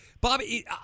Bobby